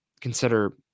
consider